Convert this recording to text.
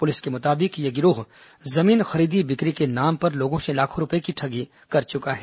police के मुताबिक यह गिरोह जमीन खरीदी बिक्री के नाम पर लोगों से लाखों रूपये की ठगी कर चुका है